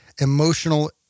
emotional